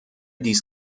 dies